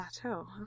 plateau